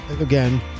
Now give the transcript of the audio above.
again